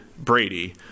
Brady